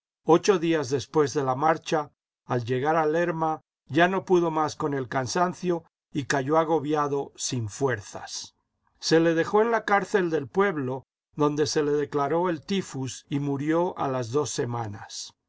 ocho días después de la marcha al llegar a lerma ya no pudo más con el cansancio y cayó agobiado sin fuerzas se le dejó en la cárcel del pueblo donde se le declaró el tifus y murió a las dos semanas